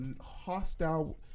hostile